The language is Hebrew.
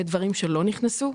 דברים שלא נכנסו,